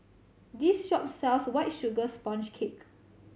this shop sells White Sugar Sponge Cake